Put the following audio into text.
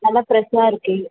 நல்ல ஃப்ரெஷ்ஷா இருக்குது